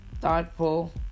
thoughtful